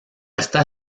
está